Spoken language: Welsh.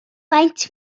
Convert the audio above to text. faint